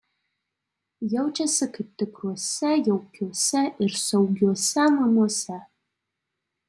jaučiasi kaip tikruose jaukiuose ir saugiuose namuose